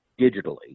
digitally